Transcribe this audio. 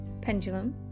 Pendulum